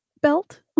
belt